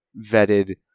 vetted